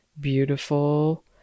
beautiful